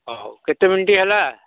ହଉ କେତେ ମିନିଟ୍ ହେଲା